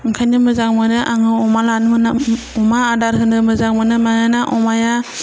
ओंखायनो मोजां मोनो आङो अमा लानो अमा आदार होनो मोजां मोनो मानोना अमाया